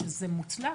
שזה מוצלח,